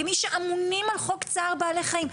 כמי שאמונים על חוק צער בעלי חיים,